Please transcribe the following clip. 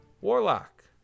warlock